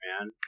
man